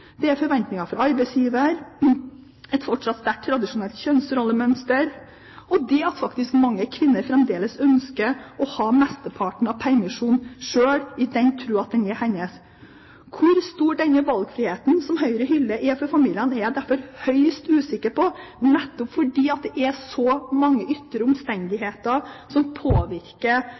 Det er forventninger fra arbeidsgiver, et fortsatt sterkt tradisjonelt kjønnsrollemønster, og det at mange kvinner faktisk fremdeles ønsker å ha mesteparten av permisjonen sjøl – i den tro at den er hennes. Hvor stor denne valgfriheten som Høyre hyller, er for familiene, er jeg derfor høyst usikker på – nettopp fordi det er så mange ytre omstendigheter som påvirker